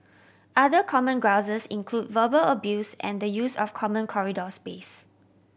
other common grouses include verbal abuse and the use of common corridor space